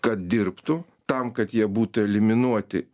kad dirbtų tam kad jie būtų eliminuoti